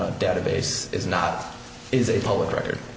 a database is not is a public record